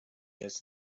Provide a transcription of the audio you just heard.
has